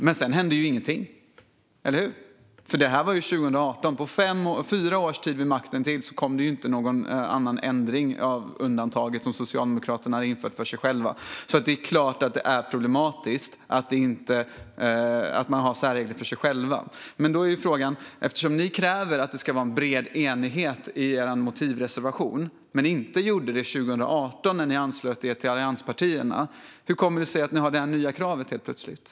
Sedan hände ingenting. Eller hur? Det var 2018. Under Socialdemokraternas ytterligare fyra år vid makten kom det ingen annan ändring av det undantag som Socialdemokraterna hade infört för sig själva. Det är klart att det är problematiskt att ha särregler för sig själva. I er motivreservation kräver ni att det ska vara bred enighet, men det gjorde ni inte 2018, när ni anslöt till allianspartierna. Hur kommer det sig att ni plötsligt har det nya kravet, Vasiliki Tsouplaki?